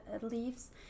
leaves